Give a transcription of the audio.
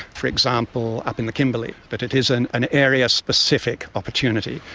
for example, up in the kimberleys. but it is an an area-specific opportunity,